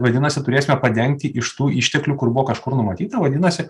vadinasi turėsime padengti iš tų išteklių kur buvo kažkur numatyta vadinasi